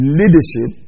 leadership